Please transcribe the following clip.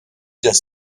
das